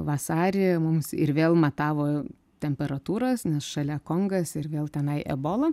vasarį mums ir vėl matavo temperatūras nes šalia kongas ir vėl tenai ebola